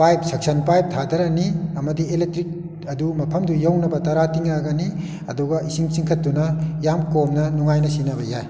pipe suction pipe ꯊꯥꯊꯔꯅꯤ ꯑꯃꯗꯤ electric ꯑꯗꯨ ꯃꯐꯝꯗꯨ ꯌꯧꯅꯕ ꯇꯔꯥ ꯇꯤꯡꯂꯒꯅꯤ ꯑꯗꯨꯒ ꯏꯁꯤꯡ ꯆꯤꯡꯈꯠꯇꯨꯅ ꯌꯥꯝ ꯀꯣꯝꯅ ꯅꯨꯡꯉꯥꯏꯅ ꯁꯤꯖꯤꯟꯅꯕ ꯌꯥꯏ